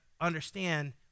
understand